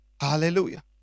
Hallelujah